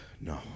No